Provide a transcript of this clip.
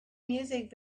music